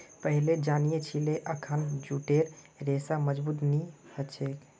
पहिलेल जानिह छिले अखना जूटेर रेशा मजबूत नी ह छेक